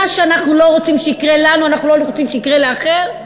מה שאנחנו לא רוצים שיקרה לנו אנחנו לא רוצים שיקרה לאחר,